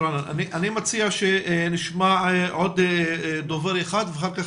אני מציע שנשמע עוד דובר אחד ואחר כך